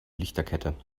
lichterkette